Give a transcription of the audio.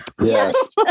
Yes